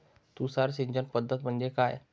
तुषार सिंचन पद्धती म्हणजे काय?